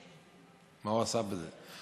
מה הוא עשה בזה?